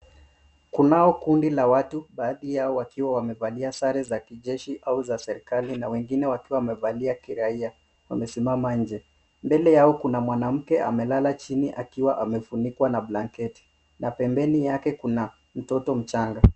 Kunao kundi la watu, baadhi yao wakiwa wamevalia sare za kijeshi au za serikali, na wengine wakiwa wamevalia za kiraia, wamesimama nje. Mbele yao kuna mwanamke amelala chini akiwa amefunikwa na blanketi, na pembeni yake kuna mtoto mchanga.